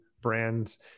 brands